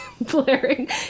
blaring